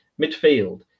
midfield